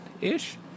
ish